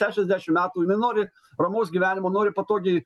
šešiasdešim metų jinai nori ramaus gyvenimo nori patogiai